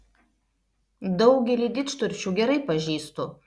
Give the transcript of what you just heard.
daugelį didžturčių gerai pažįstu